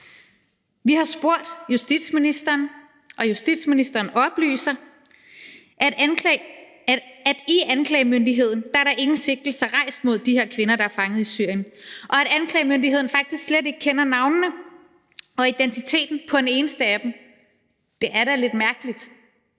Vi har spurgt justitsministeren, og justitsministeren oplyser, at i anklagemyndigheden er der ingen sigtelser rejst mod de her kvinder, der er fanget i Syrien, og at anklagemyndigheden faktisk slet ikke kender navnene og identiteten på en eneste af dem. Det er da lidt mærkeligt,